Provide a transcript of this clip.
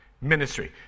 Ministry